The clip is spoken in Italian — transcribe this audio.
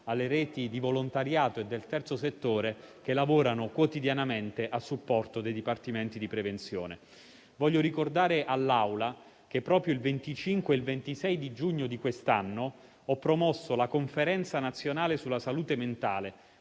alle reti di volontariato e del terzo settore che lavorano quotidianamente a supporto dei dipartimenti di prevenzione. Voglio ricordare all'Assemblea che proprio il 25 e il 26 giugno di quest'anno ho promosso la Conferenza nazionale sulla salute mentale,